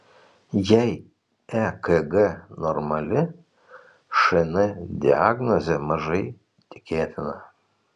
jei ekg normali šn diagnozė mažai tikėtina